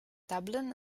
dublin